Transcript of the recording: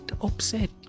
upset